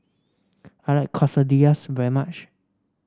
I like Quesadillas very much